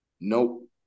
Nope